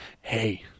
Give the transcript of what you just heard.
Hey